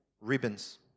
ribbons